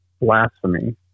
blasphemy